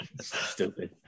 Stupid